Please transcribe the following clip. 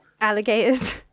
alligators